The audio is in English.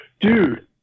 dude